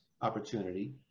opportunity